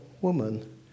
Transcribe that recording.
woman